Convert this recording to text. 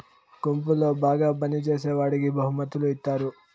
గుంపులో బాగా పని చేసేవాడికి బహుమతులు ఇత్తారు